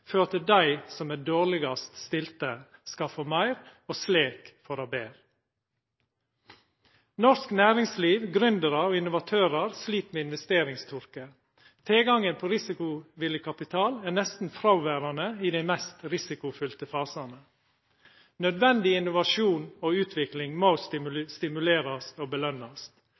for at dei som er dårlegast stilte, skal få meir og slik få det betre. Norsk næringsliv, gründerar og innovatørar slit med investeringstørke. Tilgangen på risikovillig kapital er nesten fråverande i dei mest risikofylte fasane. Nødvendig innovasjon og utvikling må stimulerast og